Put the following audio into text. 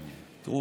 תראו,